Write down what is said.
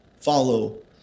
follow